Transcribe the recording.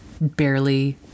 barely